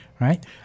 right